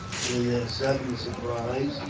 in their sudden surprise,